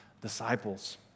disciples